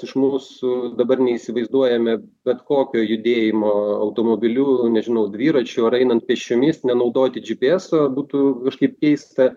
iš mūsų dabar neįsivaizduojame bet kokio judėjimo automobiliu nežinau dviračiu ar einant pėsčiomis nenaudoti džy py eso būtų kažkaip keista